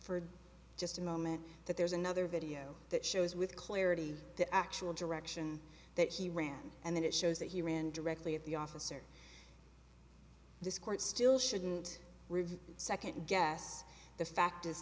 for just a moment that there's another video that shows with clarity the actual direction that she ran and then it shows that he ran directly at the officer this court still shouldn't river second guess the fact is